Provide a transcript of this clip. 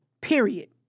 Period